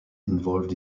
involved